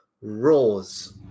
roars